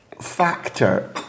factor